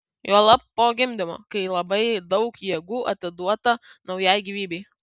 juolab po gimdymo kai labai daug jėgų atiduota naujai gyvybei